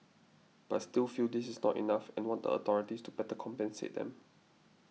but still feel this is not enough and want a authorities to better compensate them